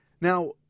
Now